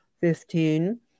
fifteen